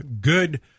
good